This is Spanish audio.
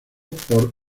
por